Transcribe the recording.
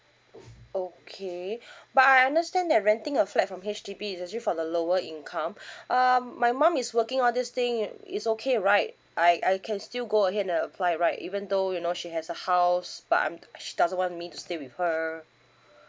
okay but I understand that renting a flat from H_D_B is actually for the lower income um my mum is working all this thing it is okay right I I can still go ahead then apply right even though you know she has a house but I'm she doesn't want me to stay with her